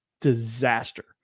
disaster